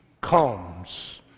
comes